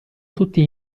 tutti